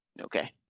Okay